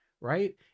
right